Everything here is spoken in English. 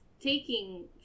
taking